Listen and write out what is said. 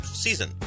season